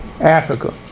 africa